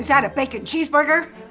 that a bacon cheeseburger?